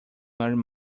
learning